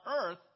earth